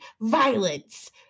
violence